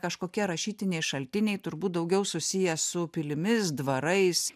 kažkokie rašytiniai šaltiniai turbūt daugiau susiję su pilimis dvarais